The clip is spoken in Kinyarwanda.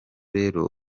rero